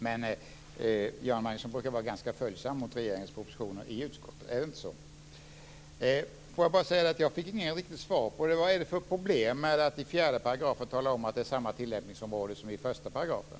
Men Göran Magnusson brukar vara ganska följsam mot regeringens propositioner i utskottet, är det inte så? Jag fick inget riktigt svar på min fråga. Vad är det för problem med att i 4 § tala om att det är samma tillämpningsområde som i 1 §?